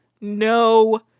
no